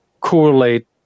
correlate